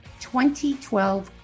2012